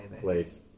place